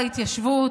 העיקר לצעוק,